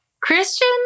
Christian